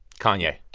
kanye